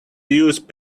use